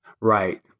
Right